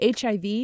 HIV